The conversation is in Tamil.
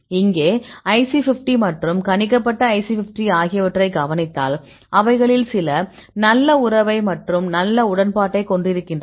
இங்கே IC 50 மற்றும் கணிக்கப்பட்ட IC 50 ஆகியவற்றைக் கவனித்தால் அவைகளில் சில நல்ல உறவைக் மற்றும் நல்ல உடன்பாட்டைக் கொண்டிருக்கின்றன